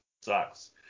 sucks